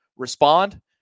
Respond